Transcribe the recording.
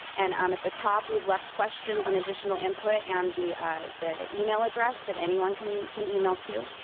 and um at the top, we've left questions and additional input, and the the email address that anyone can can email to.